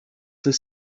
this